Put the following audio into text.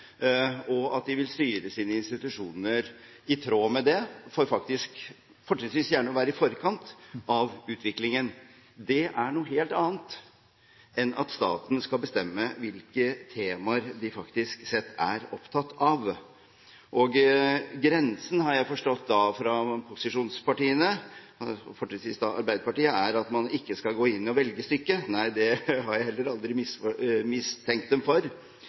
og at de vil styre sine institusjoner i tråd med det og fortrinnsvis gjerne vil være i forkant av utviklingen. Det er noe helt annet enn at staten skal bestemme hvilke temaer de faktisk er opptatt av. Grensen går da ved, har jeg forstått på posisjonspartiene – fortrinnsvis Arbeiderpartiet – at man ikke skal gå inn og velge stykke. Nei, det har jeg heller aldri mistenkt dem for.